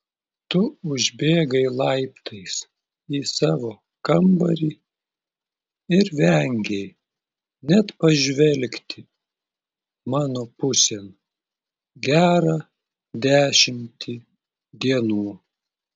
tu užbėgai laiptais į savo kambarį ir vengei net pažvelgti mano pusėn gerą dešimtį dienų